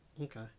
Okay